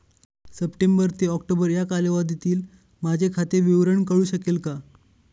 September ते October या कालावधीतील माझे खाते विवरण कळू शकेल का?